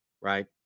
Right